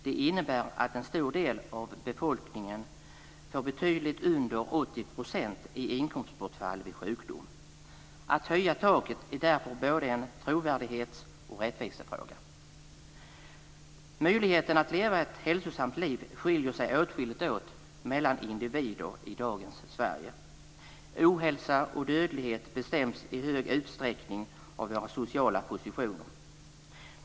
Det innebär att en stor del av befolkningen får betydligt under 80 % vid inkomstbortfall vid sjukdom. Att höja taket är därför både en trovärdighetsfråga och en rättvisefråga. Möjligheten att leva ett hälsosamt liv skiljer sig åtskilligt åt mellan individer i dagens Sverige. Ohälsa och dödlighet bestäms i stor utsträckning av våra sociala positioner.